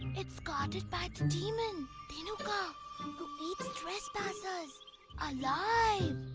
it's guarded by the demon, dhenuka, who eats trespassers alive!